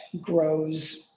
grows